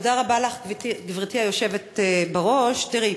תודה רבה לך, גברתי היושבת בראש, תראי,